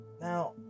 Now